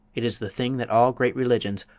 it is the thing that all great religions,